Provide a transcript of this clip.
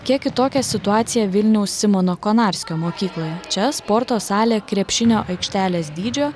kiek kitokia situacija vilniaus simono konarskio mokykloje čia sporto salė krepšinio aikštelės dydžio